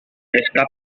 esta